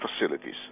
facilities